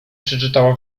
przeczytała